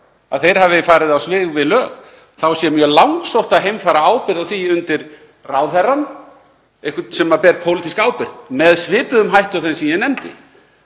að þeir hafi farið á svig við lög þá sé mjög langsótt að heimfæra ábyrgð á því undir ráðherrann, einhvern sem ber pólitíska ábyrgð, með svipuðum hætti og þeim sem ég nefndi.